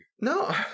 No